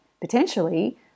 potentially